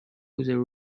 the